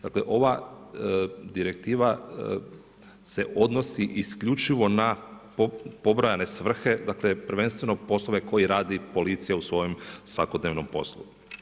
Dakle ova Direktiva se odnosi isključivo na pobrojane svrhe dakle prvenstveno poslove koje radi policija u svojem svakodnevnom poslu.